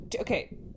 okay